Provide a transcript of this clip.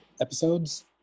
episodes